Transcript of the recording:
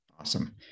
Awesome